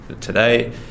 today